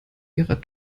ihrer